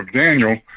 Daniel